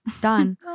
done